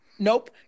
Nope